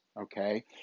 okay